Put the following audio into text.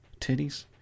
titties